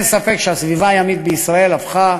אין ספק שהסביבה הימית בישראל הפכה